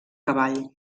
cavall